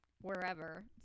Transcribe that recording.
wherever